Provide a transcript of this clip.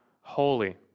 Holy